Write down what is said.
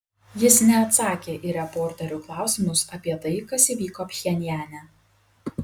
jis neatsakė į reporterių klausimus apie tai kas įvyko pchenjane